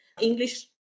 English